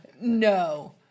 no